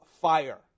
fire